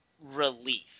relief